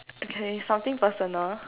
okay something personal